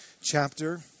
chapter